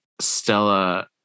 Stella